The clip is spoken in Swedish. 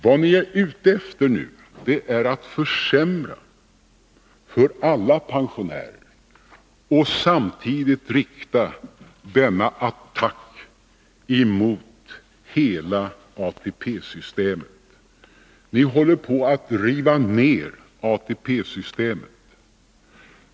Vad ni är ute efter nu är att försämra för alla pensionärer och samtidigt rikta en attack emot hela ATP-systemet. Ni håller på att riva ner ATP-systemet.